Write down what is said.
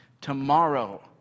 tomorrow